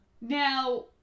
now